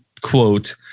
Quote